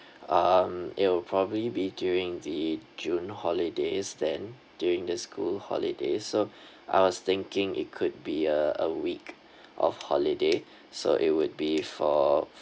um it'll probably be during the june holidays then during the school holidays so I was thinking it could be a a week of holiday so it would be for